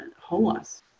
homeless